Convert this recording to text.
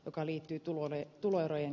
joka liittyy tuoneet tuloerojen